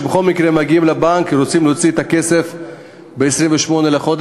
שבכל מקרה מגיעים לבנק כי הם רוצים להוציא את הכסף ב-28 בחודש,